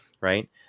right